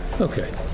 Okay